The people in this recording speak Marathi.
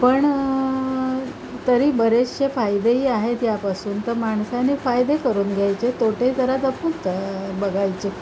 पण तरी बरेचशे फायदेही आहेत यापासून तर माणसाने फायदे करून घ्यायचे तोटे तर जपून बघायचे